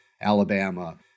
Alabama